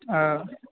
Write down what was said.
हॅं